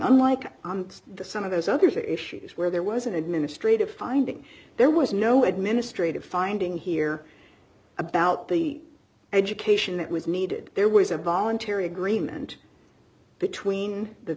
unlike the some of those other issues where there was an administrative finding there was no administrative finding here about the education that was needed there was a voluntary agreement between the